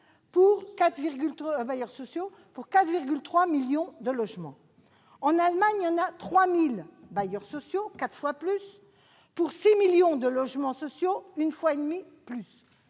pour 4,3 millions de logements. En Allemagne, il y a 3 000 bailleurs sociaux, soit quatre fois plus, pour 6 millions de logements, une fois et demie plus.